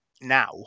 now